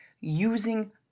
using